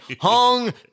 Hung